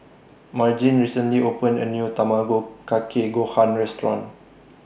Margene recently opened A New Tamago Kake Gohan Restaurant